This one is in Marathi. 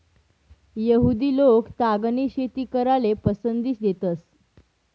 यहुदि लोक तागनी शेती कराले पसंती देतंस